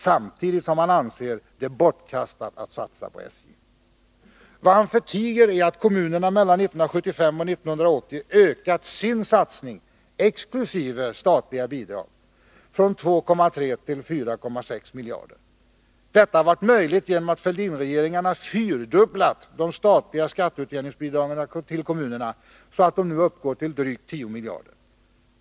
Samtidigt anser han att det är bortkastat att satsa på SJ. Vad han förtiger är att kommunerna mellan 1975 och 1980 har ökat sina satsningar — exkl. statliga bidrag — från 2,3 till 4,6 miljarder. Detta har varit möjligt genom att Fälldinregeringarna fyrdubblat de statliga skatteutjämningsbidragen till kommunerna, så att de nu uppgår till drygt 10 miljarder.